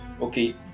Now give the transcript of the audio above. okay